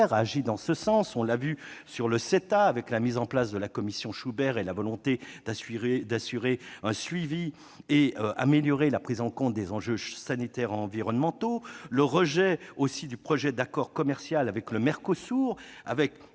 il agit dans ce sens. On l'a vu avec le CETA, la mise en place de la commission Schubert et la volonté d'assurer un suivi et d'améliorer la prise en compte des enjeux sanitaires et environnementaux ; on l'a vu également lors du rejet du projet d'accord commercial avec le Mercosur,